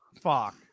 Fuck